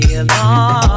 alone